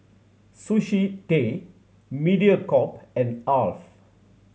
Sushi Tei Mediacorp and Alf